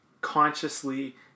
consciously